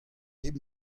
hep